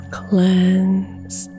cleanse